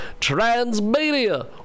Transmedia